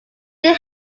did